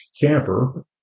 camper